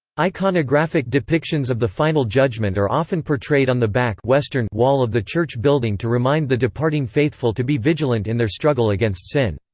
iconographic depictions of the final judgment are often portrayed on the back and wall of the church building to remind the departing faithful to be vigilant in their struggle against sin.